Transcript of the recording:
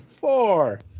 Four